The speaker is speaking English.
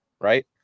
right